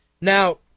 Now